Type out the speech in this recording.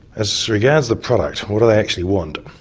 as regards the product, what do they actually want?